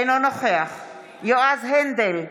אינו נוכח יועז הנדל,